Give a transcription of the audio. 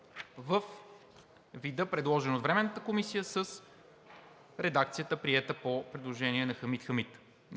във вида, предложен от Временната комисия, с редакцията, приета по предложение на Хамид Хамид.